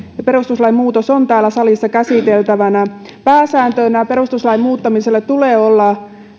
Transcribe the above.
perustuslain muutos on täällä salissa käsiteltävänä pääsääntönä perustuslain muuttamiselle tulee olla